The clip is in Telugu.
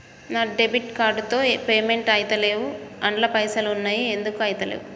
నా డెబిట్ కార్డ్ తో పేమెంట్ ఐతలేవ్ అండ్ల పైసల్ ఉన్నయి ఎందుకు ఐతలేవ్?